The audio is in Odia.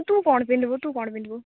ତୁ କ'ଣ ପିନ୍ଧିବୁ ତୁ କ'ଣ ପିନ୍ଧିବୁ